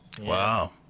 Wow